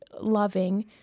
loving